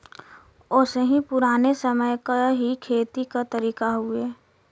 ओसैनी पुराने समय क ही खेती क तरीका हउवे